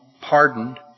pardoned